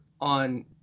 on